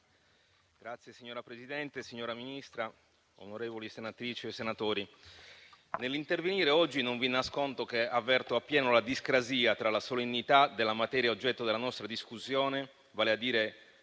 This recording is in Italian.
Signora Presidente, signora Ministra, onorevoli senatrici e senatori, nell'intervenire oggi non vi nascondo che avverto appieno la discrasia tra la solennità della materia oggetto della nostra discussione, vale a dire